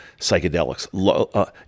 psychedelics